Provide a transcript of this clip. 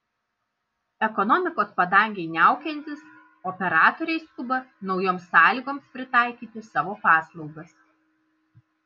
ekonomikos padangei niaukiantis operatoriai skuba naujoms sąlygoms pritaikyti savo paslaugas